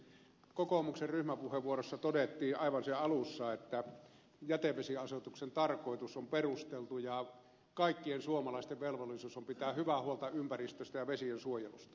kokoomuksen ryhmäpuheenvuorossa todettiin aivan sen alussa että jätevesiasetuksen tarkoitus on perusteltu ja kaikkien suomalaisten velvollisuus on pitää hyvää huolta ympäristöstä ja vesiensuojelusta